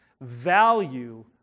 Value